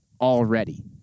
already